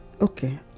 okay